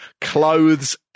clothes